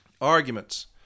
Arguments